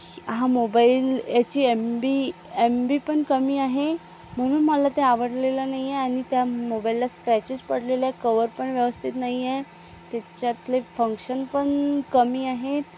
श हा मोबाइल याची एम बी एम बीपण कमी आहे म्हणून मला ते आवडलेलं नाही आहे आणि त्या मोबाइलला स्क्रॅचेस पडलेलं आहे कवर पण व्यवस्थित नाही आहे त्याच्यातले फंक्शन पण कमी आहेत